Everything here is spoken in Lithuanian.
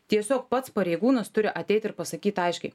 tiesiog pats pareigūnas turi ateit ir pasakyt aiškiai